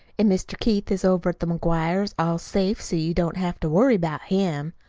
and mr. keith is over to the mcguires' all safe, so you don't have to worry about him.